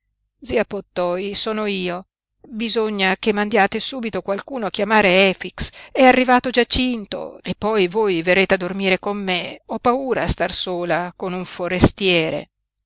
zia pottoi sono io bisogna che mandiate subito qualcuno a chiamare efix è arrivato giacinto e poi voi verrete a dormire con me ho paura a star sola con un forestiere